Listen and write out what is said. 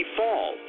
fall